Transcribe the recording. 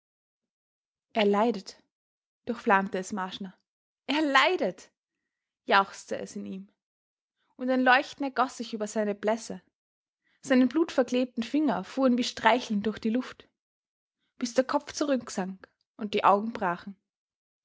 er leidet durchflammte es marschner er leidet jauchzte es in ihm und ein leuchten ergoß sich über seine blässe seine blutverklebten finger fuhren wie streichelnd durch die luft bis der kopf zurücksank und die augen brachen